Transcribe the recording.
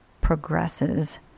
progresses